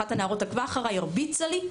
אחת הנערות עקבה אחריי והרביצה לי.